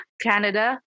Canada